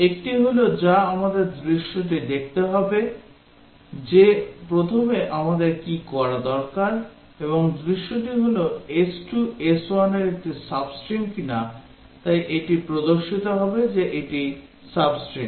একটি হল যা আমাদের দৃশ্যটি দেখতে হবে যে প্রথমে আমাদের কি করা দরকার এবং দৃশ্যটি হল s2 s1 এর একটি sub string কিনা তাই এটি প্রদর্শিত হবে যে এটি sub string